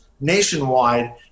nationwide